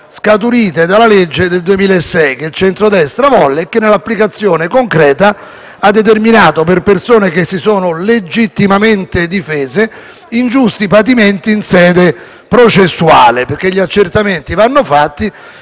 scaturite dalla legge n. 59 del 2006 che il centrodestra volle e che nell'applicazione concreta ha determinato, per persone che si sono legittimamente difese, ingiusti patimenti in sede processuale. Gli accertamenti vanno fatti,